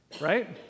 right